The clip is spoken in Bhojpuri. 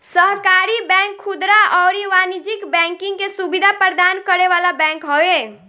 सहकारी बैंक खुदरा अउरी वाणिज्यिक बैंकिंग के सुविधा प्रदान करे वाला बैंक हवे